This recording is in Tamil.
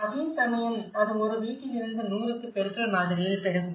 அதே சமயம் அது ஒரு வீட்டிலிருந்து 100க்கு பெருக்கல் மாதிரியில் பெருகும்